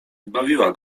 bawiła